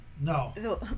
no